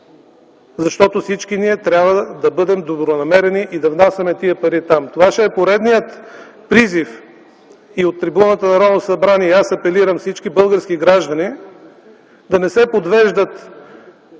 защото всички ние трябва да бъдем добронамерени и да внасяме пари там! Това е поредният призив и от трибуната на Народното събрание аз апелирам за следното: всички български граждани да не се подвеждат